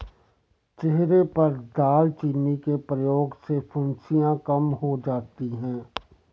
चेहरे पर दालचीनी के प्रयोग से फुंसियाँ कम हो जाती हैं